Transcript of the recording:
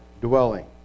dwelling